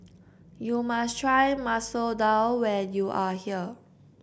you must try Masoor Dal when you are here